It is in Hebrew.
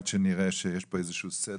עד שלא נראה שיהיה איזשהו סדר,